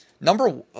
Number